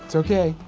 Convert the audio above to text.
so okay.